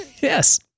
Yes